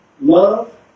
love